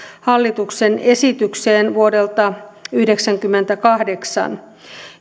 hallituksen esitykseen vuodelta yhdeksänkymmentäkahdeksan